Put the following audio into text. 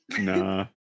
Nah